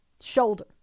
shoulder